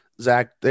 Zach